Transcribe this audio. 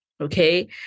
okay